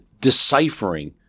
deciphering